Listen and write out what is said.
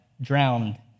drowned